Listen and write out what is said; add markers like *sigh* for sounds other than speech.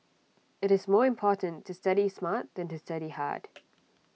IT is more important to study smart than to study hard *noise*